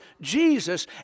Jesus